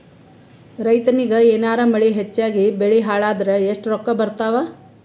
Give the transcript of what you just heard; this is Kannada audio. ರೈತನಿಗ ಏನಾರ ಮಳಿ ಹೆಚ್ಚಾಗಿಬೆಳಿ ಹಾಳಾದರ ಎಷ್ಟುರೊಕ್ಕಾ ಬರತ್ತಾವ?